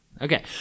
Okay